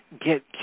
get